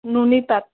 নুনী পাট